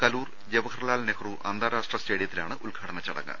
കലൂർ ജവഹർലാൽ നെഹ്റു അന്താരാഷ്ട്ര സ്റ്റേഡിയത്തി ലാണ് ഉദ്ഘാടന ചടങ്ങ്